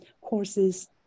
courses